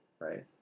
Right